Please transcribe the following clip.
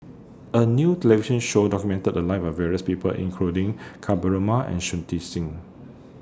A New television Show documented The Lives of various People including Ka Perumal and Shui Tit Sing